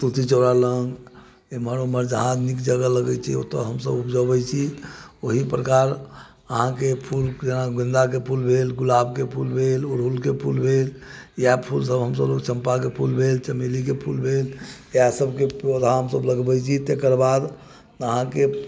तुलसी चौरा लग एम्हर ओम्हर जहाँ नीक जगह लगै छै ओतऽ हमसब उपजबै छी ओहि प्रकार अहाँके फूल जेना गेंदा के फूल भेल गुलाब के फूल भेल अरहुल के फूल भेल इएह फूल सब हमसब चम्पा के फूल भेल चमेली के फूल भेल इएह सबके पौधा हमसब लगबै छी तकर बाद अहाँके